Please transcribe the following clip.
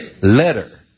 letter